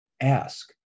ask